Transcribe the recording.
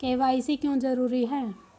KYC क्यों जरूरी है?